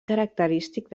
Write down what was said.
característic